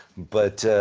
but,